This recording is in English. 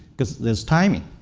because there's timing.